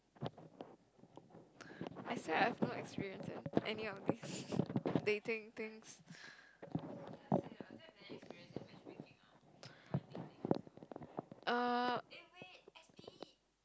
i said i have no experience in any of these dating things